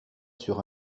sur